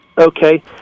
Okay